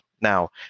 Now